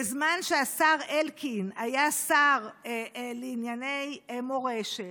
בזמן שהשר אלקין היה שר לענייני מורשת,